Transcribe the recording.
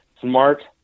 smart